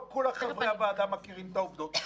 לא כל חברי הוועדה מכירים את העובדות,